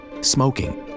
smoking